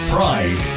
Pride